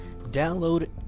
Download